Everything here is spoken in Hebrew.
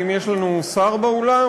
האם יש לנו שר באולם,